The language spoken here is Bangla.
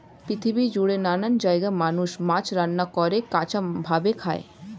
পৃথিবী জুড়ে নানান জায়গায় মানুষ মাছ রান্না করে, কাঁচা ভাবে খায়